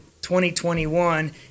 2021